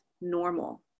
normal